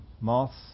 moths